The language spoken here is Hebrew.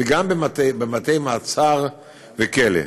וגם בבתי-מעצר וכלא.